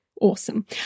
Awesome